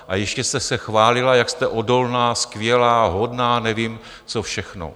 A ještě jste se chválila, jak jste odolná, skvělá, hodná nevím co všechno.